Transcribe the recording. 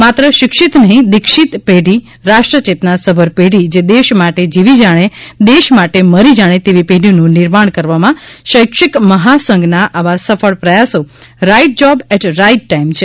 માત્ર શિક્ષિત નહિ દિક્ષીત પેઢી રાષ્ટ્રચેતના સભર પેઢી જે દેશ માટે જીવી જાણે દેશ માટે મરી જાણે તેવી પેઢીનું નિર્માણ કરવામાં શૈક્ષિક મહાસંઘના આવા સફળ પ્રયાસો right job at right time છે